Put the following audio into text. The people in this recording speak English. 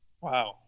Wow